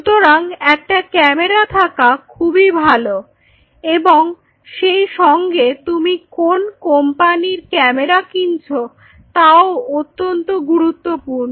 সুতরাং একটা ক্যামেরা থাকা খুবই ভালো এবং সেইসঙ্গে তুমি কোন কোম্পানির ক্যামেরা কিনছো তাও অত্যন্ত গুরুত্বপূর্ণ